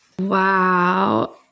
Wow